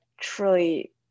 truly